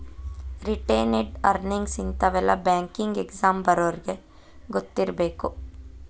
retained earnings ಇಂತಾವೆಲ್ಲ banking exam ಬರ್ಯೋರಿಗಿ ಗೊತ್ತಿರ್ಬೇಕು